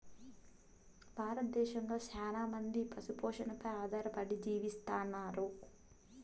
భారతదేశంలో చానా మంది పశు పోషణపై ఆధారపడి జీవిస్తన్నారు